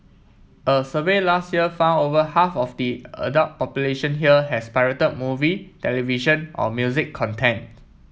a survey last year found over half of the adult population here has pirated movie television or music content